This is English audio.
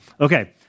Okay